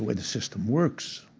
way the system works.